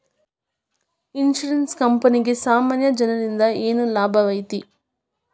Insurance ಕ್ಂಪನಿಗೆ ಸಾಮಾನ್ಯ ಜನ್ರಿಂದಾ ಏನ್ ಲಾಭೈತಿ?